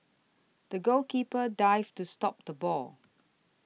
the goalkeeper dived to stop the ball